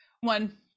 One